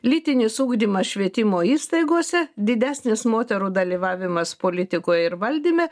lytinis ugdymas švietimo įstaigose didesnis moterų dalyvavimas politikoje ir valdyme